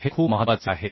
हे खूप महत्वाचे आहेत